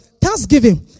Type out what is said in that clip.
Thanksgiving